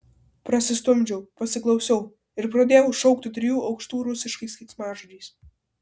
prasistumdžiau pasiklausiau ir pradėjau šaukti trijų aukštų rusiškais keiksmažodžiais